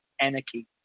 anarchy